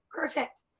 Perfect